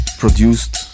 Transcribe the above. produced